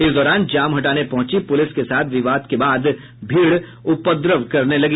इस दौरान जाम हटाने पहुंची पुलिस के साथ विवाद के बाद भीड़ उपद्रव करने लगी